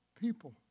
People